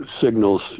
signals